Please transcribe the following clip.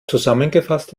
zusammengefasst